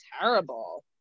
terrible